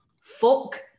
Fuck